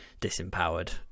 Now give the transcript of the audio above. disempowered